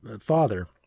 father